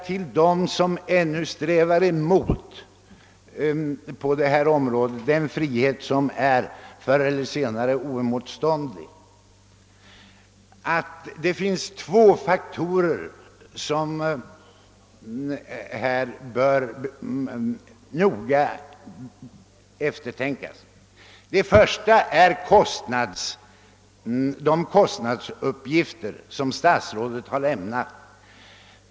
Till dem som ännu strävar emot den relativa valfrihet som förr eller senare blir oundviklig vill jag säga att det är två faktorer som noga bör beaktas. Den första är de kostnadsuppgifter som statsrådet lämnat.